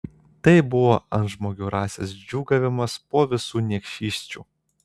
tai buvo antžmogių rasės džiūgavimas po visų niekšysčių